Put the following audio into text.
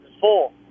full